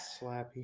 Slappy